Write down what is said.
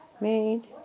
made